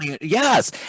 Yes